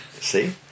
See